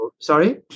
Sorry